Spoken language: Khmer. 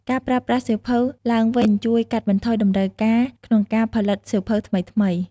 ការប្រើប្រាស់សៀវភៅឡើងវិញជួយកាត់បន្ថយតម្រូវការក្នុងការផលិតសៀវភៅថ្មីៗ។